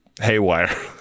haywire